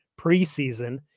preseason